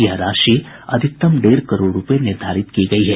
यह राशि अधिकतम डेढ़ करोड़ रूपये निर्धारित की गयी है